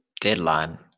deadline